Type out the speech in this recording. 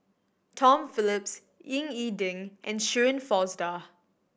Tom Phillips Ying E Ding and Shirin Fozdar